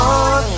on